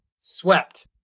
swept